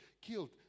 killed